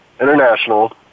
International